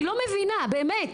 אני לא מבינה, באמת.